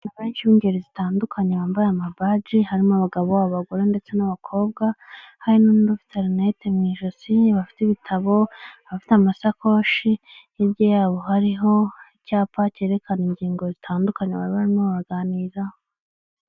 Abantu benshi b'ingeri zitandukanye bambaye amabaje, harimo abagabo, abagore ndetse n'abakobwa, hari n'undi ufite rinete mu ijosi bafite ibitabo abafite amasakoshi hirya yabo hariho icyapa cyerekana ingingo zitandukanye bari barimo baraganiraho.